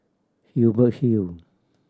Hubert Hill